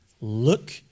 Look